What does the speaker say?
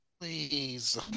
please